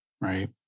right